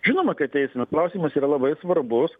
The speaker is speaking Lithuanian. žinoma kad eisime klausimas yra labai svarbus